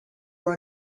were